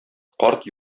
карт